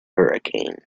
hurricanes